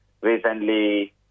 recently